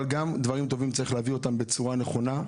אבל גם אותם צריך להביא בצורה נכונה,